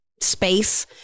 space